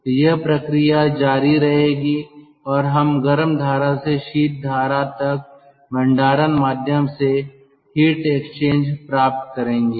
तो यह प्रक्रिया जारी रहेगी और हम गर्म धारा से शीत धारा तक भंडारण माध्यम से हीट एक्सचेंज प्राप्त करेंगे